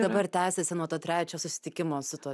dabar tęsiasi nuo to trečio susitikimo su tuo